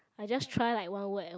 I just try like one word